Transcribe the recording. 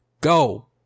go